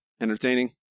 entertaining